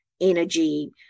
energy